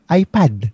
iPad